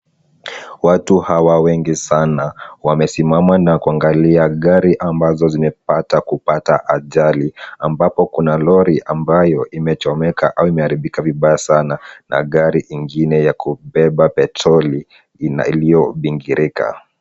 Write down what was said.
Watu hawa wengi sana wamesimama na kuangalia gari ambazo zimepata kupata hajali, ambapo Kuna Lori ambayo imechomeka au imeharibika vibaya sana na gari ingine ya kubeba petroli ina ilio bingirika.